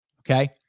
okay